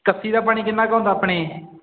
ਕੱਸੀ ਦਾ ਪਾਣੀ ਕਿੰਨਾ ਕੁ ਆਉਂਦਾ ਆਪਣੇ